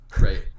right